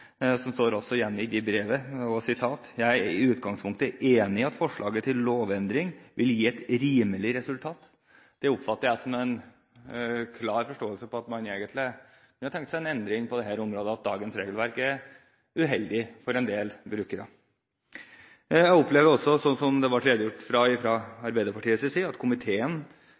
står også i brevet: «Jeg er i utgangpunktet enig i at forslaget til lovendring vil gi et rimelig resultat.». Det oppfatter jeg som en klar forståelse for at man egentlig kunne ha tenkt seg en endring på dette området – at dagenes regelverk er uheldig for en del brukere. Jeg opplever også, som det var redegjort for fra Arbeiderpartiets side, at komiteen